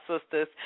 sisters